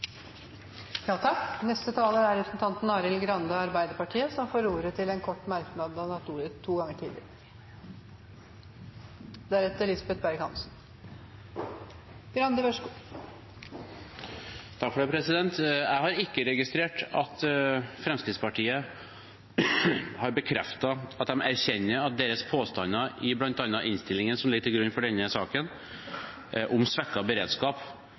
Representanten Arild Grande har hatt ordet to ganger tidligere og får ordet til en kort merknad, begrenset til 1 minutt. Jeg har ikke registrert at Fremskrittspartiet har bekreftet at de erkjenner at deres påstander, i bl.a. innstillingen som ligger til grunn for denne saken, om svekket beredskap